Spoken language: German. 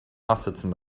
nachsitzen